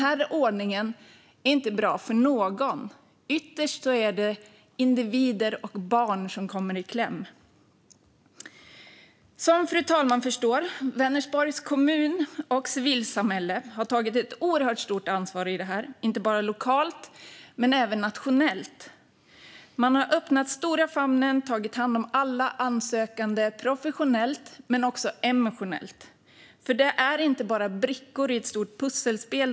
Denna ordning är inte bra för någon. Ytterst är det individer och barn som kommer i kläm. Som fru talmannen förstår har Vänersborgs kommun och civilsamhälle tagit ett oerhört stort ansvar i det här, inte bara lokalt utan även nationellt. Man har öppnat stora famnen och tagit hand om alla asylsökande professionellt men också emotionellt. Dessa människor är inte bara brickor i ett stort pusselspel.